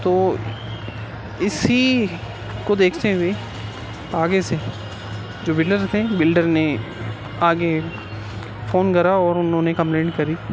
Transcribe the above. تو اسی کو دیکھتے ہوئے آگے سے جو بلڈرز تھے بلڈر نے آگے فون کرا اور انہوں نے کمپلینٹ کری